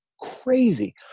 crazy